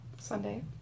Sunday